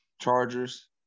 Chargers